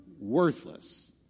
worthless